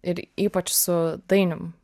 ir ypač su dainium